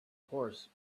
horse